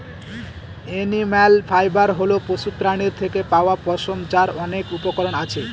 animal fibre হল পশুপ্রাণীর থেকে পাওয়া পশম, যার অনেক উপকরণ আছে